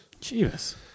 Jesus